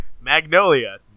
Magnolia